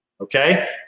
Okay